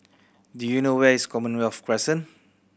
do you know where is Commonwealth Crescent